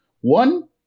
One